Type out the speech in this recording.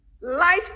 life